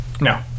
No